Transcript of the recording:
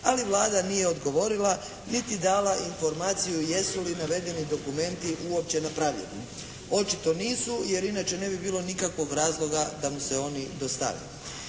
ali Vlada nije odgovorila niti dala informaciju jesu li navedeni dokumenti uopće napravljeni. Očito nisu, jer inače ne bi bilo nikakvog razloga da mu se oni dostave.